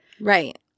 Right